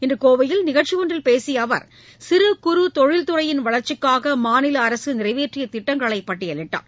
இன்று கோவையில் நிகழ்ச்சி ஒன்றில் பேசிய அவர் சிறு குறு தொழில்துறையின் வளர்ச்சிக்காக மாநில அரசு நிறைவேற்றிய திட்டங்களை பட்டியலிட்டார்